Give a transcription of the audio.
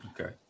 Okay